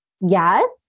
Yes